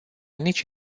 nici